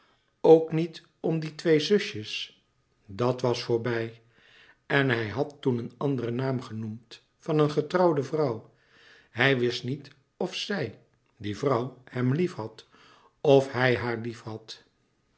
ook niet om die twee zusjes dat was voorbij en hij had toen een anderen naam genoemd van een getrouwde vrouw hij wist niet of zij die vrouw hem liefhad of hij haar liefhad